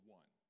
one